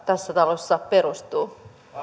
tässä talossa perustuu